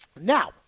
Now